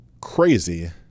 crazy